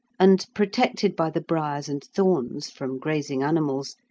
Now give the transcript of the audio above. and, protected by the briars and thorns from grazing animals,